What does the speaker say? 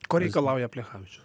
ko reikalauja plechavičius